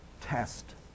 test